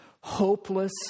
hopeless